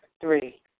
Three